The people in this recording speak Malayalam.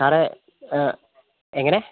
സാറേ എങ്ങനെ